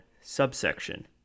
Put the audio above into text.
subsection